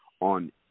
on